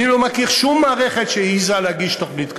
שהעזה להגיש תוכנית כזאת.